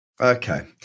okay